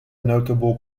notable